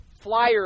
flyer